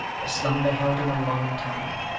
the slumber held him a long time,